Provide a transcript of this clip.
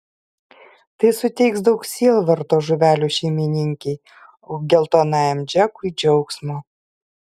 tai suteiks daug sielvarto žuvelių šeimininkei o geltonajam džekui džiaugsmo